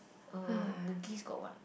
uh Bugis got what